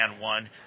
one